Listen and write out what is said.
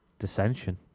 Dissension